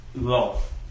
love